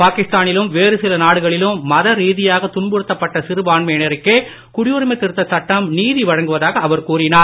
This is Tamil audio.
பாகிஸ்தானிலும் வேறு சில நாடுகளிலும் மத ரீதியாக துன்புறுத்தப்பட்ட சிறுபான்மையினருக்கே குடியுரிமை திருத்தச் சட்டம் நீதி வழங்குவதாக அவர் கூறினார்